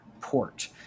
port